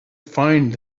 find